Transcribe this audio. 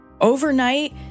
overnight